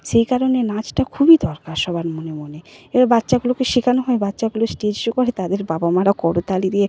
সেই কারণে নাচটা খুবই দরকার সবার মনে মনে এবার বাচ্চাগুলোকে শেখানো হয় বাচ্চাগুলো স্টেজ শো করে তাদের বাবা মারা করতালি দিয়ে